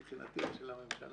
בבקשה.